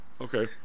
Okay